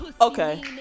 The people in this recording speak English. Okay